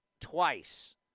twice